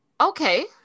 Okay